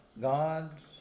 God's